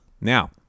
now